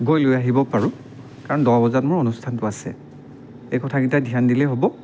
গৈ লৈ আহিব পাৰোঁ কাৰণ দহ বজাত মোৰ অনুষ্ঠানটো আছে এই কথাকেইটা ধ্যান দিলেই হ'ব